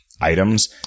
items